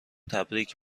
تبریک